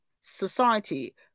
Society